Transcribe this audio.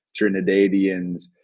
Trinidadians